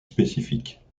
spécifique